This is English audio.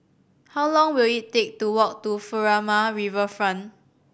how long will it take to walk to Furama Riverfront